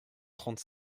trente